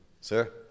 Sir